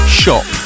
shop